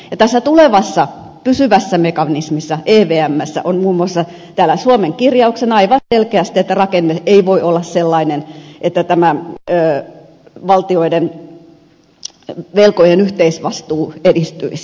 ja tässä tulevassa pysyvässä mekanismissa evmssä on muun muassa täällä suomen kirjauksena aivan selkeästi että rakenne ei voi olla sellainen että tämä valtioiden velkojen yhteisvastuu edistyisi